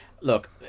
look